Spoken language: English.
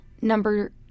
Number